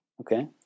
Okay